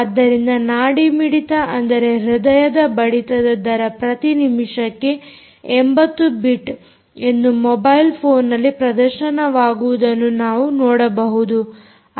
ಆದ್ದರಿಂದ ನಾಡಿಮಿಡಿತ ಅಂದರೆ ಹೃದಯ ಬಡಿತದ ದರ ಪ್ರತಿ ನಿಮಿಷಕ್ಕೆ 80 ಬಿಟ್ ಎಂದು ಮೊಬೈಲ್ ಫೋನ್ನಲ್ಲಿ ಪ್ರದರ್ಶನವಾಗುವುದನ್ನು ನಾವು ನೋಡಬಹುದು